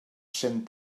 cent